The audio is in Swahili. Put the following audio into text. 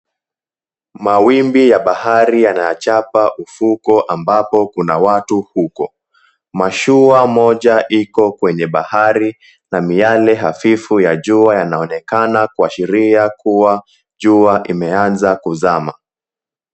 Mawimbi ya bahari yanachapa ufukwe ambao kuna watu huko. Mashua moja iko kwenye bahari na miale hafifu ya jua yanaonekana kuashiria kuwa jua imeanza kuzama.